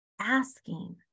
asking